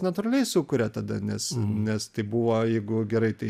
natūraliai sukuria tada nes nes tai buvo jeigu gerai tai